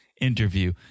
interview